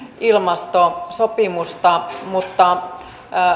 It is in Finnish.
ilmastosopimusta mutta